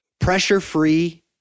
pressure-free